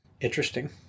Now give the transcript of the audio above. interesting